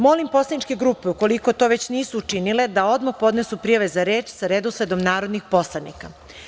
Molim poslaničke grupe, ukoliko to već nisu učinile, da odmah podnesu prijave za reč, sa redosledom narodnih poslanika.